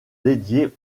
dédié